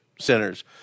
centers